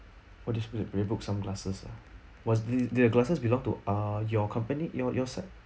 oh they broke some glasses lah was the the glasses belong to uh your company your your sir